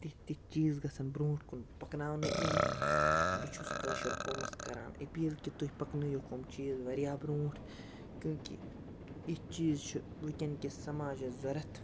تِتھ تِتھ چیٖز گژھن برونٛٹھ کُن پَکناونہٕ یِنۍ بہٕ چھُس کٲشِر قومَس کَران اپیٖل کہِ تُہۍ پَکنٲے ہوکھ یِم چیٖز واریاہ برونٛٹھ کیونٛکہِ یِتھ چیٖز چھِ وٕنۍکٮ۪ن کِس سماجَس ضوٚرتھ